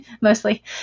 mostly